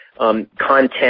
Content